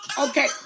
Okay